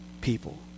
people